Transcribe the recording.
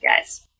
guys